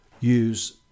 use